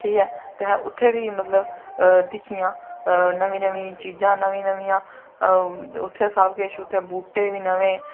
ठीक ऐ ते असें उत्थै मतलव दिक्खियां नमीं नमीं चीजां नमें नमियां उत्थै सब किश उत्थें बूह्टे बी नमें